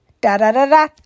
da-da-da-da